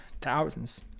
thousands